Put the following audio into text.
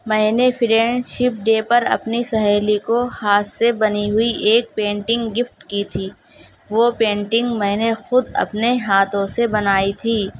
میں نے friendship day پر اپنی سہیلی کو ہاتھ سے بنی ہوئی ایک پینٹنگ گفٹ کی تھی وہ پینٹنگ میں نے خود اپنے ہاتھوں سے بنائی تھی